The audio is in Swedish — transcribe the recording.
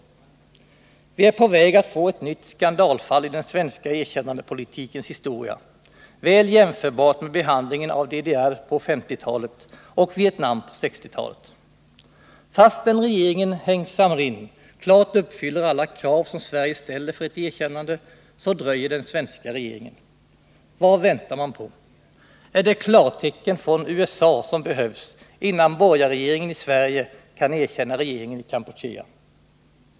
Vi är på väg att få ett nytt skandalfall i den svenska erkännandepolitikens historia, väl jämförbart med behandlingen av DDR på 1950-talet och Vietnam på 1960-talet. Fastän regeringen Heng Samrin klart uppfyller alla krav som Sverige ställer för ett 95 erkännande, så dröjer den svenska regeringen. Vad väntar man på? Är det ett klartecken från USA som behövs innan borgarregeringen i Sverige kan erkänna regeringen i Kampuchea?